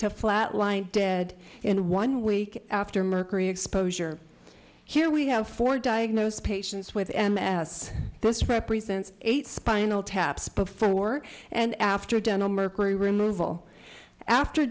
to flat line dead in one week after mercury exposure here we have four diagnosed patients with m s this represents eight spinal taps before and after dental mercury removal after